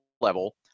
level